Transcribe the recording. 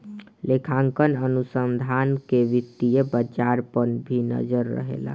लेखांकन अनुसंधान कअ वित्तीय बाजार पअ भी नजर रहेला